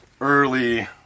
Early